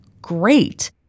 Great